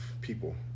people